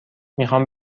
میخام